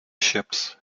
ships